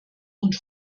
und